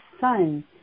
son